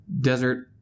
desert